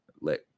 let